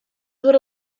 would